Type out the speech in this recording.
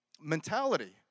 mentality